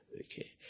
Okay